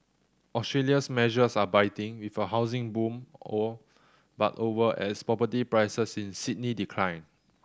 Australia's measures are biting with a housing boom all but over as property prices in Sydney decline